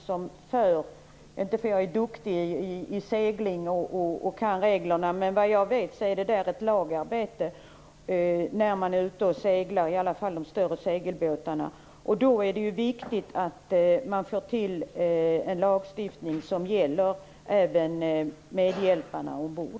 Jag är inte så duktig i segling och jag kan inte reglerna, men vad jag vet är det ett lagarbete när man är ute och seglar, i alla fall när det gäller de större segelbåtarna. Då är det viktigt att vi får en lagstiftning som även gäller medhjälparna ombord.